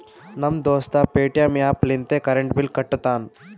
ನಮ್ ದೋಸ್ತ Paytm app ಲಿಂತೆ ಕರೆಂಟ್ ಬಿಲ್ ಕಟ್ಟತಾನ್